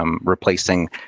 replacing